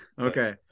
Okay